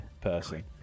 person